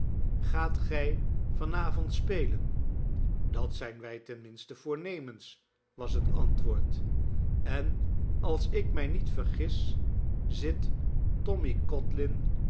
gaat gij van avond spelen dat zijn wij ten minste voornemens was het antwoord en als ik mij niet vergis zit tommy